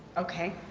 okay.